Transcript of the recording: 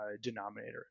denominator